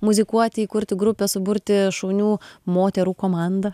muzikuoti įkurti grupę suburti šaunių moterų komandą